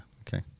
okay